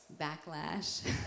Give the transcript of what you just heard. backlash